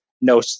No